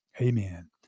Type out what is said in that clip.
amen